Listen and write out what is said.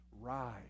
rise